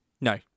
No